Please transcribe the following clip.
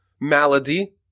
malady